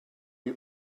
die